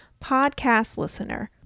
PODCASTLISTENER